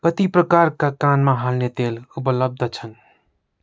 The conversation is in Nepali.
कति प्रकारका कानमा हाल्ने तेल उपलब्ध छन्